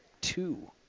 two